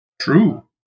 True